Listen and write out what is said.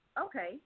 okay